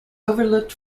overlooked